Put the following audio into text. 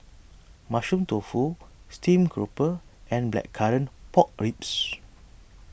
Mushroom Tofu Steamed Grouper and Blackcurrant Pork Ribs